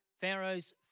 Pharaoh's